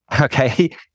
Okay